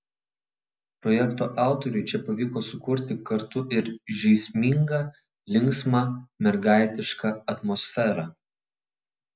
projekto autoriui čia pavyko sukurti kartu ir žaismingą linksmą mergaitišką atmosferą